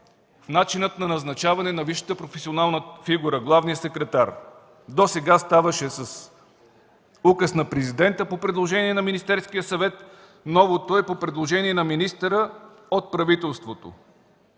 начинът на назначаване на висшата професионална фигура – главния секретар, досега ставаше с указ на президента, по предложение на Министерския съвет, новото е – по предложение на министъра, от правителството.